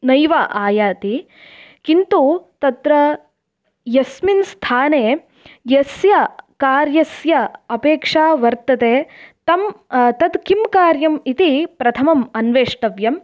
नैव आयाति किन्तु तत्र यस्मिन् स्थाने यस्य कार्यस्य अपेक्षा वर्तते तं तत् किं कार्यम् इति प्रथमम् अन्वेष्टव्यम्